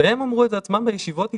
והם אמרו את זה בעצמם בישיבות איתנו,